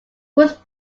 whose